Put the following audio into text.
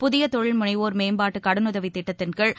புதிய தொழில் முனைவோர் மேம்பாட்டு கடனுதவித் திட்டத்தின்கீழ்